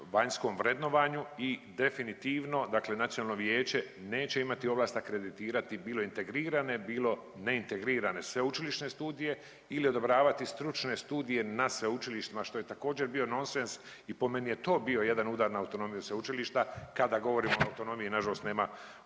vanjskom vrednovanju i definitivno, dakle Nacionalno vijeće neće imati ovlast akreditirati bilo integrirane, bilo neintegrirane sveučilišne studije ili odobravati stručne studije na sveučilištima što je također bio nonsens i po meni je to bio jedan udar na autonomiju sveučilišta. Kada govorimo o autonomiji na žalost nema uvaženog